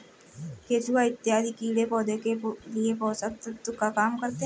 केचुआ इत्यादि कीड़े पौधे के लिए पोषक तत्व का काम करते हैं